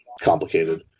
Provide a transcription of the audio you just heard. complicated